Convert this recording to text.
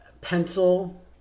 pencil